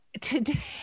Today